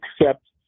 accept